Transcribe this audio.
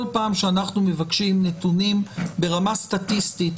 כל פעם שאנחנו מבקשים נתונים ברמה סטטיסטית